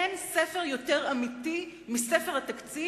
אין ספר יותר אמיתי מספר התקציב,